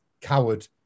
coward